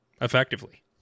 effectively